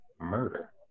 murder